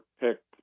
picked